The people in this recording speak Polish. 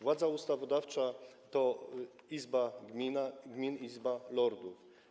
Władza ustawodawcza to Izba Gmin, Izba Lordów.